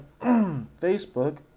Facebook